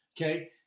okay